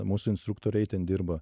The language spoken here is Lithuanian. mūsų instruktoriai ten dirba